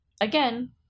again